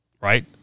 right